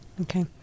Okay